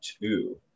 two